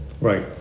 Right